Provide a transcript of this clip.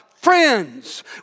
Friends